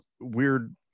weird